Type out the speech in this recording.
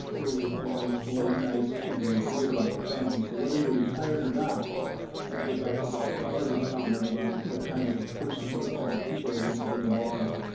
early mornings to late nights and we forget about the family. so whether you're retired or not and i go back to dr. harvey's comment about what kind of a person, what kind of people are we gonna be tomorrow,